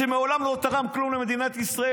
שמעולם לא תרם כלום למדינת ישראל,